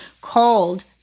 called